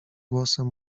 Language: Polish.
głosem